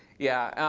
yeah.